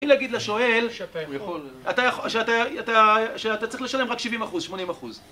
בלי להגיד לשואל שאתה יכול, אה... אתה... אה... אתה צריך לשלם רק 70%-80%.